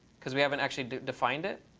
because we haven't actually defined it.